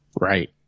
Right